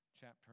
chapter